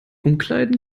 umkleiden